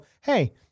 hey